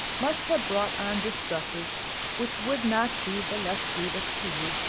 must have brought on distresses which would not be the less grievous to you,